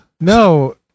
no